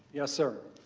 yes sir.